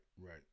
right